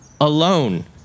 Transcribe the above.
alone